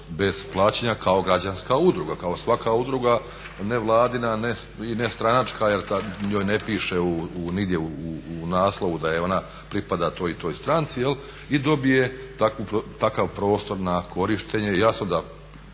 bez plaćanja kao građanska udruga, kao svaka udruga nevladina i nestranačka jer njoj ne piše nigdje u naslovu da ona pripada toj i toj stranci i dobije takav prostor na korištenje.